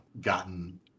gotten